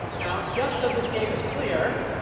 now, just so this game is clear,